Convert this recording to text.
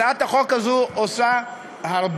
הצעת החוק הזאת עושה הרבה,